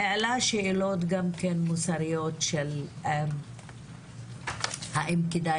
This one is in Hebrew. הוא גם העלה שאלות מוסריות כמו האם כדאי